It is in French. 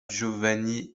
giovanni